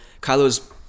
Kylo's